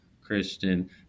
Christian